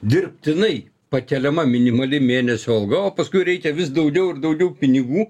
dirbtinai pakeliama minimali mėnesio alga o paskui reikia vis daugiau ir daugiau pinigų